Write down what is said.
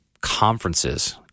conferences